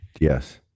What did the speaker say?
Yes